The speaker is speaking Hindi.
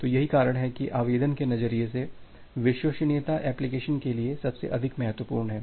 तो यही कारण है कि आवेदन के नजरिए से विश्वसनीयता एप्लीकेशन के लिए सबसे अधिक महत्वपूर्ण है